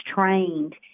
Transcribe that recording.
trained